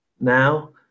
Now